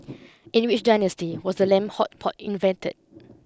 in which dynasty was the lamb hot pot invented